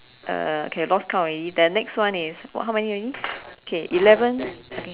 uh okay lost count already then next one is what how many already okay eleven okay